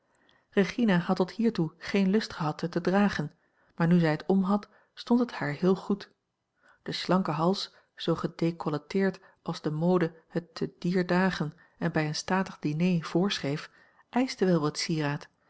regina had tot hiertoe geen lust gehad het te dragen maar nu zij het om had stond het haar heel goed de slanke hals zoo gedecolleteerd als de mode het te dier dagen en bij een statig diner voorschreef eischte wel wat sieraad